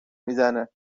میزنه